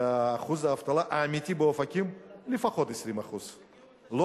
ולכן אחוז האבטלה האמיתי באופקים הוא לפחות 20%. לא